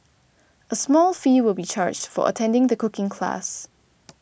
a small fee will be charged for attending the cooking classes